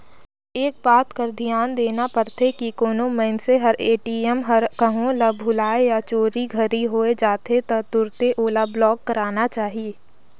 एक बात कर धियान देना परथे की कोनो मइनसे हर ए.टी.एम हर कहों ल भूलाए या चोरी घरी होए जाथे त तुरते ओला ब्लॉक कराना चाही